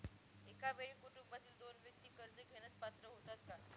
एका वेळी कुटुंबातील दोन व्यक्ती कर्ज घेण्यास पात्र होतात का?